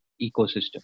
ecosystem